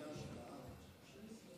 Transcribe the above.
שר התחבורה והבטיחות בדרכים בצלאל סמוטריץ':